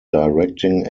directing